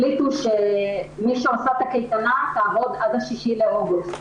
החליטו שמי שעושה את הקייטנה תעבוד עד ה-6 באוגוסט